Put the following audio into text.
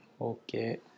Okay